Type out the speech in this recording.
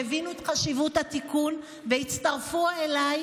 שהבינו את חשיבות התיקון והצטרפו אליי